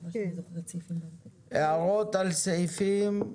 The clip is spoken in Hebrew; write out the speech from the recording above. הערות על סעיפים,